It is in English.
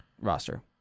roster